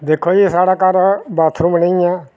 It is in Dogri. दिक्खो जी स्हाड़े घर बाथरूम नी ऐ